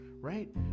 right